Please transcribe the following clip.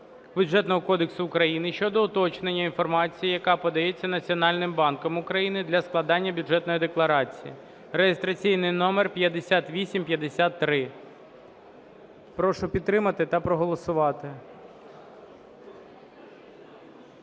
Бюджетного кодексу України щодо уточнення інформації, яка подається Національним банком України для складання Бюджетної декларації (реєстраційний номер 5853). Прошу підтримати та проголосувати.